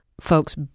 folks